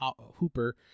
Hooper